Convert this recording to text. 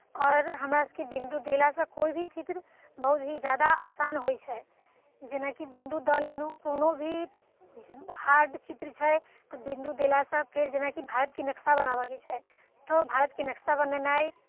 आओर हमरासभके बिन्दु देलासँ कोइ भी चित्र बहुत ही ज्यादा असान होइ छै जेनाकि बिन्दु दऽ लेलहुँ कोनो भी हार्ड चित्र छै तऽ बिन्दु देलासँ फेर जेनाकि भारतके नक्शा बनाबयके छै तऽ भारतके नक्शा बनेनाइ